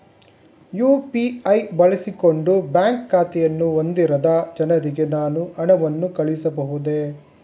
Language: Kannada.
ಯು.ಪಿ.ಐ ಬಳಸಿಕೊಂಡು ಬ್ಯಾಂಕ್ ಖಾತೆಯನ್ನು ಹೊಂದಿರದ ಜನರಿಗೆ ನಾನು ಹಣವನ್ನು ಕಳುಹಿಸಬಹುದೇ?